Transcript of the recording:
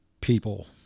people